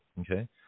okay